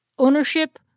Ownership